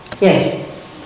Yes